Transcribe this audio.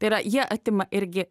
tai yra jie atima irgi